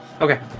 Okay